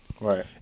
Right